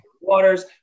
waters